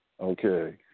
Okay